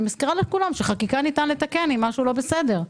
אני מזכירה לכולם שחקיקה ניתן לתקן אם משהו לא בסדר,